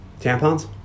Tampons